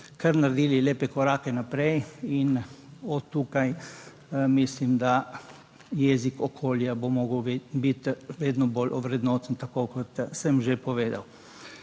kar naredili lepe korake naprej in od tukaj mislim, da jezik okolja bo mogel biti vedno bolj ovrednoten, tako kot sem že povedal.